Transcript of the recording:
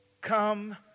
Come